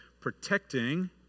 protecting